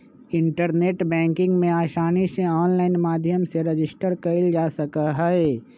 internet banking में आसानी से आनलाइन माध्यम से रजिस्टर कइल जा सका हई